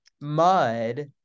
mud